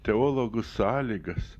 teologų sąlygas